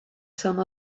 some